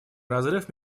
разрыв